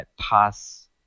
pass